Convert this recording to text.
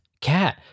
cat